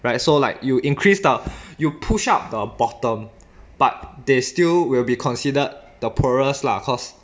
right so like you increase the you push up the bottom but they still will be considered the poorest lah cause